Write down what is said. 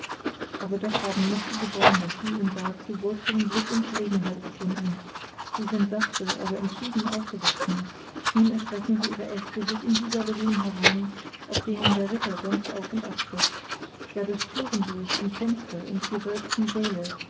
aber doch haben mächtige bäume hie und da zu wurzeln glück und gelegenheit gefunden sie sind sachte aber entschieden aufgewachsen nun erstrecken sie ihre äste bis in die galerien hinein auf denen der ritter sonst auf und ab schritt ja durch türen durch und fenster in die gewölbten säle